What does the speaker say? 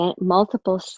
multiple